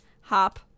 hop